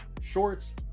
Shorts